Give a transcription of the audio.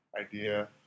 idea